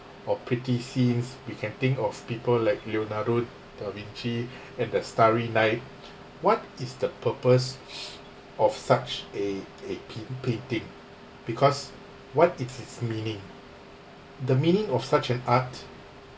or pretty scenes we can think of people like leonardo da vinci and the starry night what is the purpose of such a a pain~ painting because what it's is meaning the meaning of such an art